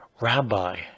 Rabbi